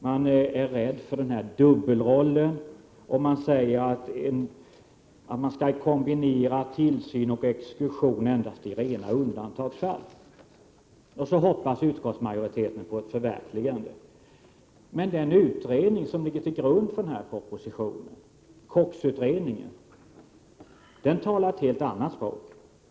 Man är rädd för denna dubbelroll och säger att tillsyn och exekution skall kombineras endast i rena undantagsfall. Så hoppas utskottsmajoriteten på ett förverkligande. Men den utredning som ligger till grund för denna proposition, den s.k. KOX-utredningen, talar ett helt annat språk.